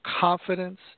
confidence